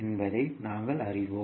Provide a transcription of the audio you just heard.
என்பதை நாங்கள் அறிவோம்